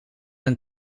een